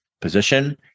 position